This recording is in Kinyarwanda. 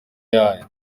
yayo